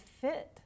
fit